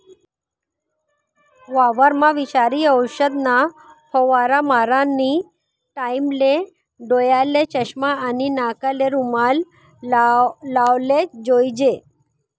वावरमा विषारी औषधना फवारा मारानी टाईमले डोयाले चष्मा आणि नाकले रुमाल लावलेच जोईजे